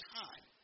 time